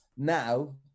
Now